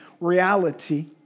reality